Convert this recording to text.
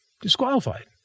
disqualified